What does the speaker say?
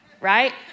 right